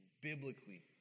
biblically